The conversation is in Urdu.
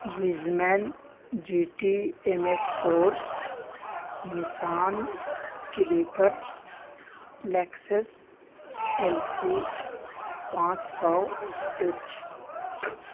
ویژمین G T M A four Nissan Clipper Lexus L C پانچ سو ایچ